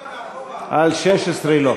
להעלות, להוסיף תקציב לסעיף